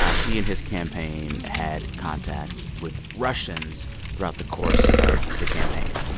ah he and his campaign had contact with russians throughout the course of the campaign.